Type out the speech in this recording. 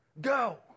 go